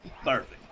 Perfect